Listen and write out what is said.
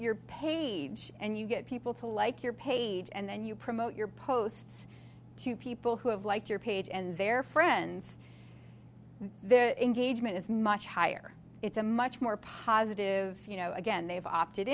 your page and you get people to like your page and then you promote your posts to people who have liked your page and their friends their engagement is much higher it's a much more positive you know again they've opted